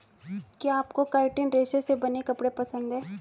क्या आपको काइटिन रेशे से बने कपड़े पसंद है